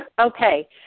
Okay